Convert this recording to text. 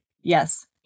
Yes